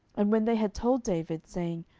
and when they had told david, saying,